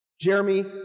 Jeremy